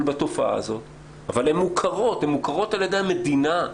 במדינה אבל הן מוכרות על-ידי המדינה.